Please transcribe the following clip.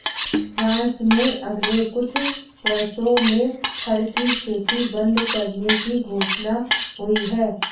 France में अगले कुछ वर्षों में फर की खेती बंद करने की घोषणा हुई है